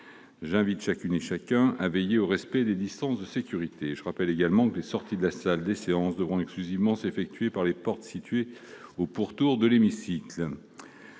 J'invite chacune et chacun à veiller au respect des distances de sécurité. Les sorties de la salle des séances devront exclusivement s'effectuer par les portes situées au pourtour de l'hémicycle.